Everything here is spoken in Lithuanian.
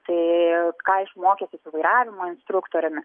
tai ką išmokęs jis su vairavimo instruktoriumi